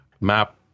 map